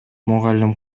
мугалим